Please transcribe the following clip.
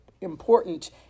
important